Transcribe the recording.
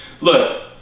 Look